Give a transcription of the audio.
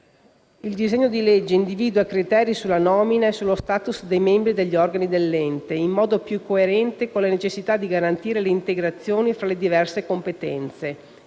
Il disegno di legge individua criteri sulla nomina e sullo *status* dei membri degli organi dell'ente in modo più coerente con le necessità di garantire l'integrazione tra le diverse competenze.